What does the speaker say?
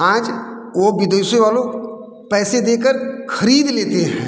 आज वो विदेशो वालों पैसे दे कर खरीद लेते हैं